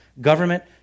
government